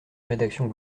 rédaction